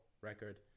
record